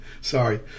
Sorry